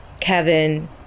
kevin